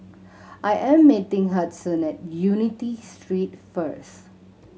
I am meeting Hudson at Unity Street first